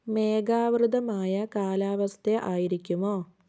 മേഘാവൃതമായ കാലാവസ്ഥ ആയിരിക്കുമോ